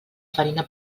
farina